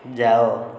ଯାଅ